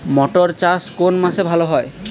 মটর চাষ কোন মাসে ভালো হয়?